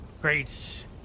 Great